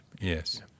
yes